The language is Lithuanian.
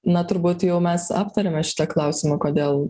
na turbūt jau mes aptarėme šitą klausimą kodėl